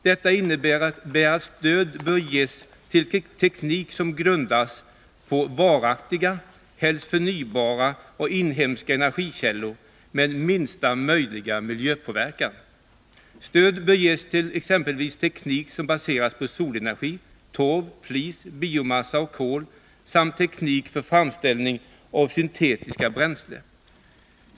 Detta innebär att stöd bör ges till teknik som grundas på varaktiga, helst förnybara och inhemska energikällor med minsta möjliga miljöpåverkan. Stöd bör ges till exempelvis teknik som baseras på solenergi, torv, flis, biomassa och kol samt teknik för framställning av syntetiska bränslen.